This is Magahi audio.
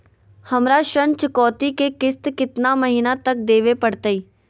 हमरा ऋण चुकौती के किस्त कितना महीना तक देवे पड़तई?